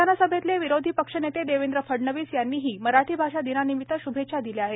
विधानसभेतले विरोधी पक्षनेते देवेंद्र फडणवीस यांनीही मराठी भाषा दिनानिमित्त श्भेच्छा दिल्या आहेत